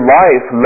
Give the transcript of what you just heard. life